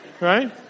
Right